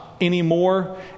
anymore